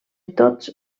tots